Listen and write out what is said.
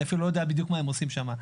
אני אפילו לא יודע בדיוק מה הם עושים שם.